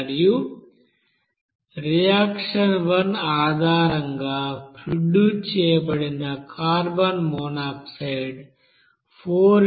మరియు రియాక్షన్ 1 ఆధారంగా ప్రొడ్యూస్ చేయబడిన కార్బన్ మోనాక్సైడ్ 4x28232x95